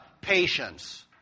patience